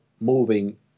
moving